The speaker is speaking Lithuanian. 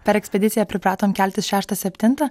per ekspediciją pripratom keltis šeštą septintą